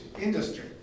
industry